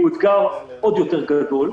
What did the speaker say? הוא אתגר עוד יותר גדול,